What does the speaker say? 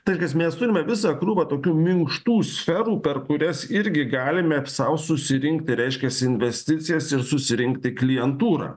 taigis mes turime visą krūvą tokių minkštų sferų per kurias irgi galime sau susirinkti reiškiasi investicijas ir susirinkti klientūrą